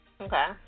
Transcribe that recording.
okay